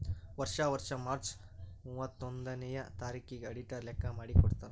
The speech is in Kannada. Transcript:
ವರ್ಷಾ ವರ್ಷಾ ಮಾರ್ಚ್ ಮೂವತ್ತೊಂದನೆಯ ತಾರಿಕಿಗ್ ಅಡಿಟರ್ ಲೆಕ್ಕಾ ಮಾಡಿ ಕೊಡ್ತಾರ್